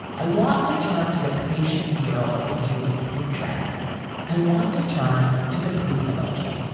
i want to turn to the patient zero of the cute poop trend i want to turn to the poop emoji